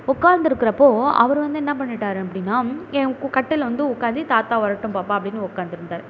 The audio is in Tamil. உக்கார்ந்து இருக்கிறப்போ அவர் வந்து என்ன பண்ணிவிட்டாரு அப்படின்னா என் கட்டிலில் வந்து உக்கார்ந்து தாத்தா வரட்டும் பாப்பா அப்படின்னு உக்காந்திருந்தாரு